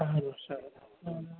ಆರು ವರ್ಷ ಹಾಂ